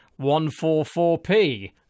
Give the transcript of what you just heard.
144p